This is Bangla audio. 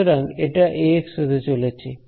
সুতরাং এটা Ax হতে চলেছে